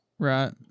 Right